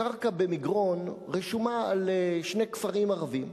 הקרקע במגרון רשומה על שני כפרים ערביים,